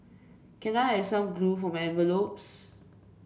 can I have some glue for my envelopes